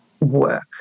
work